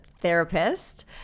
therapist